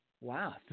Wow